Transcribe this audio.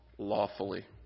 lawfully